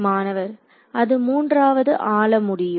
மாணவர்அது மூன்றாவது ஆள முடியும்